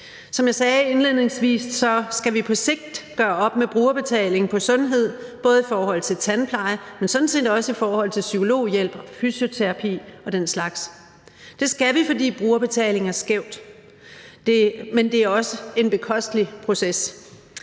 Som jeg sagde indledningsvis, skal vi på sigt gøre op med brugerbetaling på sundhed både i forhold til tandpleje, men sådan set også i forhold til psykologhjælp, fysioterapi og den slags. Det skal vi, fordi brugerbetaling rammer skævt. Men det er også en bekostelig proces.